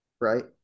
Right